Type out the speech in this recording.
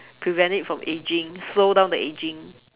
prevent it from ageing slow down the ageing